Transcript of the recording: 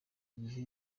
gihe